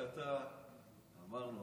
רק אתה, אמרנו.